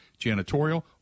janitorial